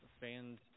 fans